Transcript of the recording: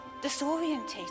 disorientated